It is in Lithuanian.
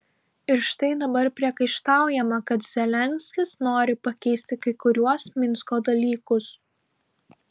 ir štai dabar priekaištaujama kad zelenskis nori pakeisti kai kuriuos minsko dalykus